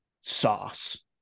sauce